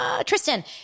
Tristan